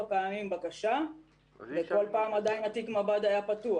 פעמים בקשה וכל פעם תיק המב"ד היה עדיין פתוח.